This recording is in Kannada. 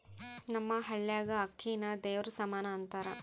ನಮ್ಮ ಹಳ್ಯಾಗ ಅಕ್ಕಿನ ದೇವರ ಸಮಾನ ಅಂತಾರ